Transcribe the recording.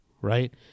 right